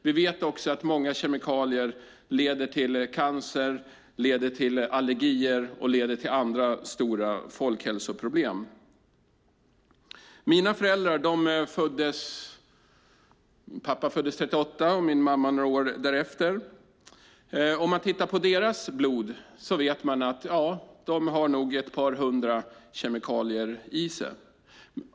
Vi vet också att användningen av många kemikalier leder till cancer, till allergier och andra stora folkhälsoproblem. Min pappa föddes 1938 och min mamma några år därefter. Om deras blod vet man att de nog har ett par hundra kemikalier i sig.